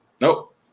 nope